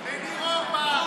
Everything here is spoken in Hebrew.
לא מגיע לה?